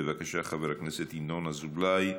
בבקשה, חבר הכנסת ינון אזולאי.